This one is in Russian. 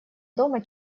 дома